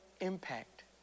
impact